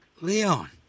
Leon